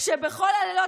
שבכל הלילות,